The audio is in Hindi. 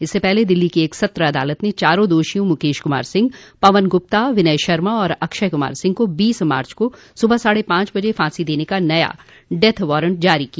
इससे पहले दिल्ली की एक सत्र अदालत ने चारों दोषियों मुकेश कुमार सिंह पवन गुप्ता विनय शर्मा और अक्षय कुमार सिंह को बीस मार्च को सुबह साढ़े पांच बजे फांसी देने का नया डेथ वारंट जारी किया